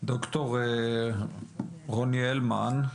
ד"ר רוני הלמן,